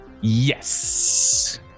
Yes